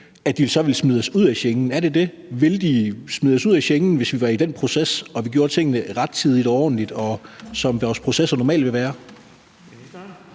lande ville smide os ud af Schengen. Er det det? Ville de smide os ud af Schengen, hvis vi var i den proces og vi gjorde tingene rettidigt og ordentligt, og som vores processer normalt ville være?